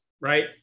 right